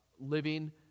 living